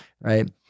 right